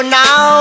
now